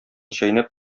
чәйнәп